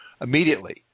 immediately